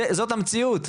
זאת המציאות,